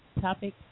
topic